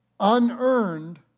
unearned